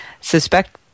suspect